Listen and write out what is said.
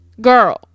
Girl